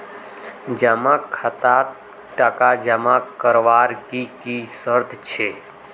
जमा खातात टका जमा करवार की की शर्त छे?